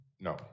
No